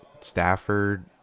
Stafford